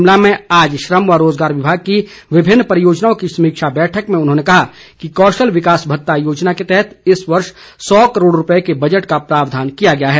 शिमला में आज श्रम व रोजगार विभाग की विभिन्न परियोजनाओं की समीक्षा बैठक में उन्होंने कहा कि कौशल विकास भत्ता योजना के तहत इस वर्ष सौ करोड़ रूपए के बजट का प्रावधान किया गया है